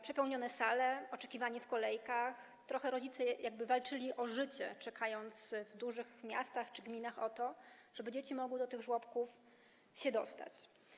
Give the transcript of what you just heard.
Przepełnione sale, oczekiwanie w kolejkach, rodzice trochę jakby walczyli o życie, czekając w dużych miastach czy gminach, o to, żeby dzieci mogły do żłobków się dostać.